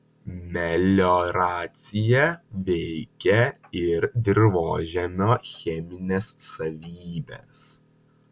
melioracija veikia ir dirvožemio chemines savybes